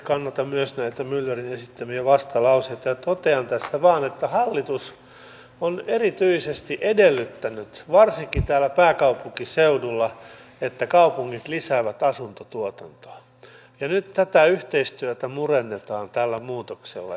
kannatan myös näitä myllerin esittämiä vastalauseita ja totean tässä vain että hallitus on erityisesti edellyttänyt varsinkin täällä pääkaupunkiseudulla että kaupungit lisäävät asuntotuotantoa ja nyt tätä yhteistyötä murennetaan tällä muutoksella